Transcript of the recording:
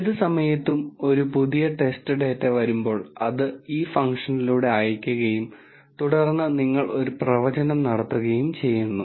ഏത് സമയത്തും ഒരു പുതിയ ടെസ്റ്റ് ഡാറ്റ വരുമ്പോൾ അത് ഈ ഫംഗ്ഷനിലൂടെ അയയ്ക്കുകയും തുടർന്ന് നിങ്ങൾ ഒരു പ്രവചനം നടത്തുകയും ചെയ്യുന്നു